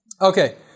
Okay